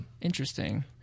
Interesting